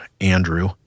Andrew